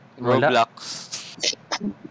Roblox